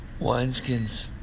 wineskins